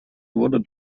wurde